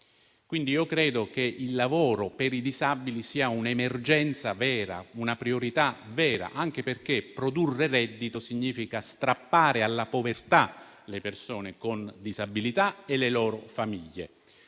Quindi, io credo che il lavoro per i disabili sia un'emergenza vera, una priorità vera, anche perché produrre reddito significa strappare alla povertà le persone con disabilità e le loro famiglie.